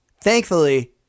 Thankfully